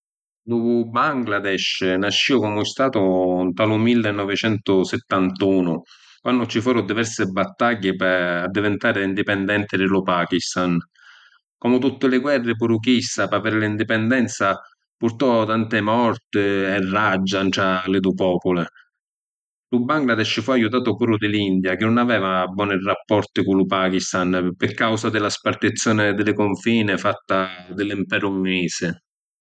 Lu Bangladesh nasciu comu statu nta lu millivonicentusittantunu, quannu ci foru diversi battagghii pi addivintari indipendenti di lu Pakistan. Comu tutti li guerri, pura chista pi aviri l’indipendenza, purtò tanti morti e raggia ntra li dui populi. Lu Bangladesh fu ajutatu puru di l’India chi nun aveva boni rapporti cu lu Pakistan pi causa di la spartizioni di li confini fatta di l’imperu ‘nglisi.